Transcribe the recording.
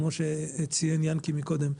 כמו שציין יענקי קודם,